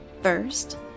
First